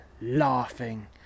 laughing